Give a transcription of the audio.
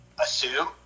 assume